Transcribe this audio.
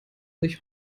sich